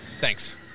thanks